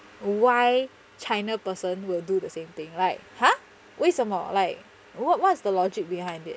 why china person will do the same thing like ha 为什么 like what what's the logic behind it